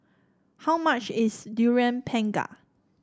how much is Durian Pengat